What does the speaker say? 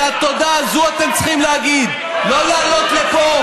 את התודה הזאת אתם צריכים להגיד, לא לעלות לפה